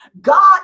God